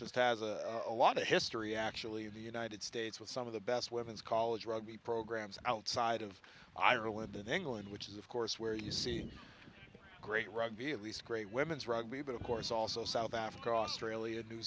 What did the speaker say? just has a lot of history actually the united states with some of the best women's college rugby programs outside of ireland and england which is of course where you see great rugby at least great women's rugby but of course also south africa australia new